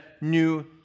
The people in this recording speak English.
new